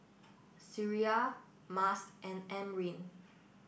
Syirah Mas and Amrin